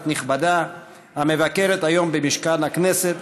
אורחת נכבדה המבקרת היום במשכן הכנסת,